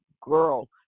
girl